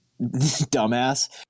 dumbass